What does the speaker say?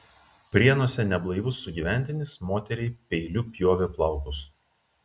prienuose neblaivus sugyventinis moteriai peiliu pjovė plaukus